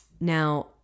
now